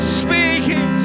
speaking